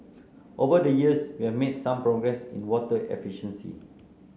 over the years we have made some progress in water efficiency